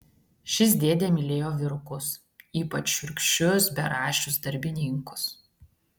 šis dėdė mylėjo vyrukus ypač šiurkščius beraščius darbininkus